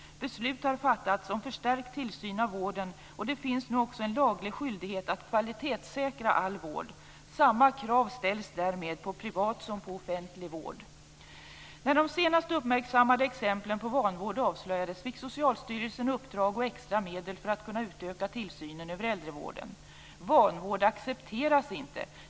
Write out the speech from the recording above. Beslut har fattats om förstärkt tillsyn av vården, och det finns nu också en laglig skyldighet att kvalitetssäkra all vård. Samma krav ställs därmed på privat som på offentlig vård. När de senast uppmärksammade exemplen på vanvård avslöjades fick Socialstyrelsen uppdrag och extra medel för att kunna utöka tillsynen över äldrevården. Vanvård accepteras inte.